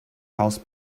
house